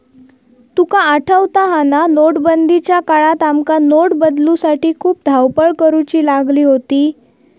तुका आठवता हा ना, नोटबंदीच्या काळात आमका नोट बदलूसाठी खूप धावपळ करुची लागली होती